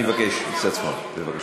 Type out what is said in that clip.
אני מבקש, מצד שמאל, בבקשה.